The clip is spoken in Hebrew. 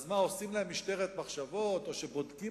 אז מה, עושים להם משטרת מחשבות, או שבודקים